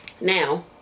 Now